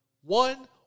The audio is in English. one